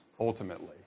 ultimately